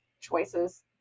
choices